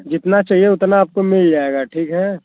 जितना चाहिये उतना आपको मिल जायेगा ठीक है